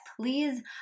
please